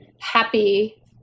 happy